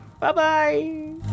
Bye-bye